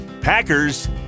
packers